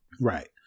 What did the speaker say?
right